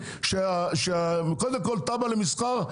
קודם כל תב"ע למסחר,